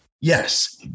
Yes